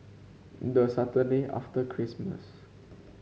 the Saturday after Christmas